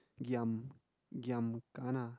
giam giam kana